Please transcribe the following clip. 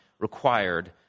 required